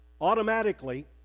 Automatically